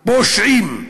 פושעים.